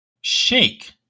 shake